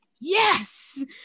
Yes